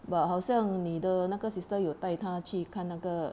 but 好像你的那个 sister 有带她去看那个